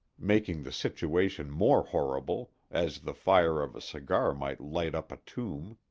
making the situation more horrible, as the fire of a cigar might light up a tomb.